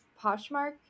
Poshmark